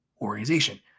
organization